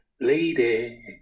Lady